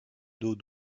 d’eau